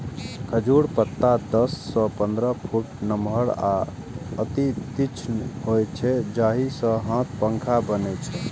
खजूरक पत्ता दस सं पंद्रह फुट नमहर आ अति तीक्ष्ण होइ छै, जाहि सं हाथ पंखा बनै छै